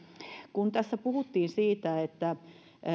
kun tässä puhuttiin siitä että